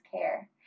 care